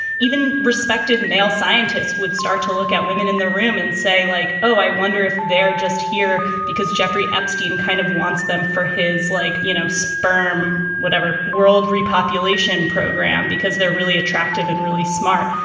even respected male scientists would start to look at women in the room and say, like, oh, i wonder if they're just here, because jeffrey epstein kind of wants them for his like, you know, sperm, whatever, world repopulation program, because they're really attractive and really smart.